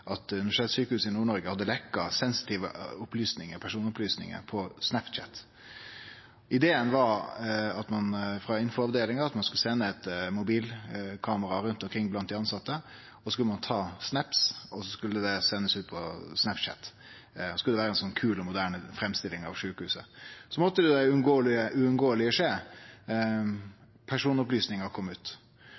at Universitetssykehuset Nord-Norge hadde leke sensitive personopplysningar på Snapchat. Ideen var at ein frå infoavdelinga skulle sende eit mobilkamera rundt omkring blant dei tilsette, så skulle ein ta snaps, og så skulle det sendast ut på Snapchat og på den måten vere ei kul og moderne framstilling av sjukehuset. Da måtte det uunngåelege skje, at personopplysningar kom ut.